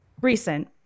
recent